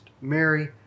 Mary